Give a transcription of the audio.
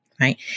right